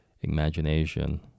imagination